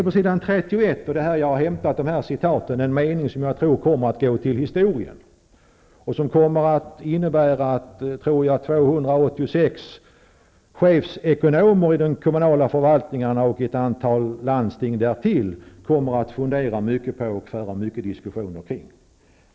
På s. 30 finns det en mening som jag tror kommer att gå till historien och som jag tror kommer att innebära att 286 chefekonomer i de kommunala förvaltningarna och ett antal chefekonomer i ett antal landsting kommer att fundera mycket på och föra många diskussioner om.